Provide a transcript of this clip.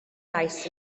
gais